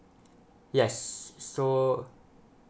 yes so